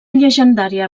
llegendària